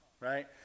right